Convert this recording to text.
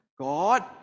God